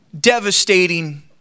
devastating